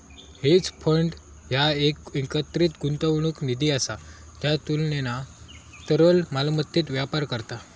hedge fund ह्या एक एकत्रित गुंतवणूक निधी असा ज्या तुलनेना तरल मालमत्तेत व्यापार करता